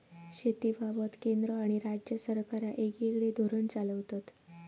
शेतीबाबत केंद्र आणि राज्य सरकारा येगयेगळे धोरण चालवतत